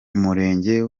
umurenge